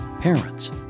parents